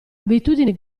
abitudini